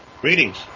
Greetings